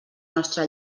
nostra